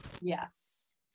Yes